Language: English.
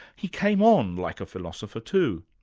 he came on like a philosopher too,